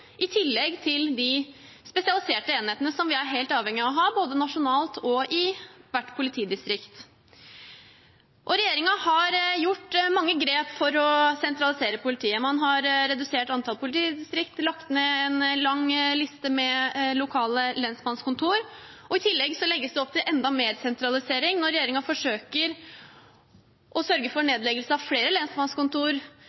i tillegg til de spesialiserte enhetene som vi er helt avhengig av å ha både nasjonalt og i hvert politidistrikt. Regjeringen har gjort mange grep for å sentralisere politiet. Man har redusert antall politidistrikter og lagt ned en lang liste med lokale lensmannskontor. I tillegg legges det opp til enda mer sentralisering når regjeringen forsøker å sørge for